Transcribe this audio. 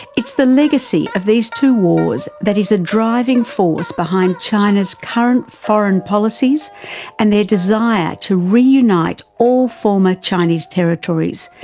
it's the legacy of these two wars that is a driving force behind china's current foreign policies and their desire to reunite all former chinese territories,